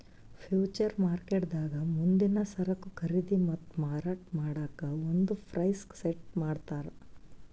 future ಮಾರ್ಕೆಟ್ದಾಗ್ ಮುಂದಿನ್ ಸರಕು ಖರೀದಿ ಮತ್ತ್ ಮಾರಾಟ್ ಮಾಡಕ್ಕ್ ಒಂದ್ ಪ್ರೈಸ್ ಸೆಟ್ ಮಾಡ್ತರ್